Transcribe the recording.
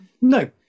No